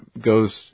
goes